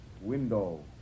window